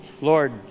Lord